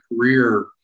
career